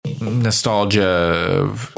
Nostalgia